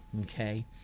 okay